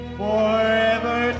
forever